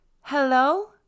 hello